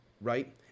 right